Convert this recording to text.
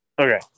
Okay